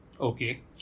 Okay